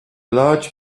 large